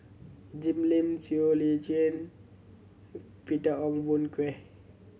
Jim Lim Siow Lee Chin Peter Ong Boon Kwee